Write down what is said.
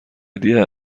هدیه